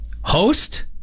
host